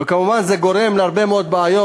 וזה כמובן גורם הרבה מאוד בעיות.